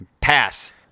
Pass